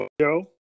Joe